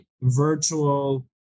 virtual